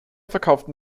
verkauften